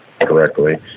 correctly